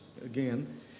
again